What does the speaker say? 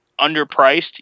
underpriced